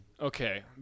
Okay